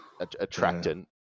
attractant